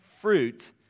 fruit